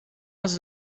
els